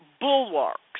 bulwarks